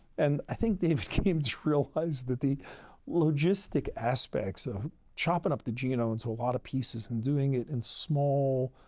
and i think david came to realize that the logistic aspects of chopping up the genome into a lot of pieces and doing it in small,